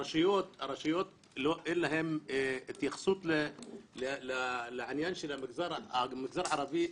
לרשויות אין התייחסות לעניין של המגזר הערבי,